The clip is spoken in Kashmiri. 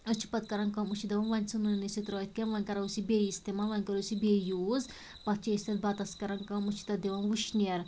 أسۍ چھِ پتہٕ کران کٲم أسۍ چھِ دپان وۄنۍ ژھٕنو نہٕ أسۍ یہِ ترٛٲیِتھ کیٚنٛہہ وۄنۍ کرو أسۍ یہِ بیٚیہِ استعمال وۄنۍ کرو أسۍ یہِ بیٚیہِ یوٗز پتہٕ چھِ أسۍ تتھ بَتَس کران کٲم أسۍ چھِ تتھ دِوان وُشنیر